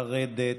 לרדת.